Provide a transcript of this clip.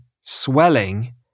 swelling